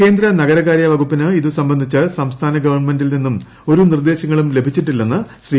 കേന്ദ്ര നഗരകാര്യ വകുപ്പിന് ഇത് സംബന്ധിച്ച് സംസ്ഥാന ഗവൺമെന്റിൽ നിന്നും ഒരു നിർദ്ദേശങ്ങളും ലഭിച്ചിട്ടില്ലെന്ന് ശ്രീ